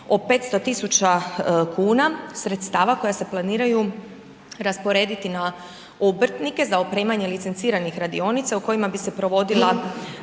o 500 tisuća kuna sredstava koja se planiraju rasporediti na obrtnike za opremanje licenciranih radionica u kojima bi se provodila